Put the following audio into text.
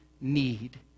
need